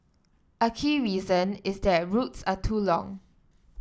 a key reason is that routes are too long